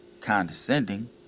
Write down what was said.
condescending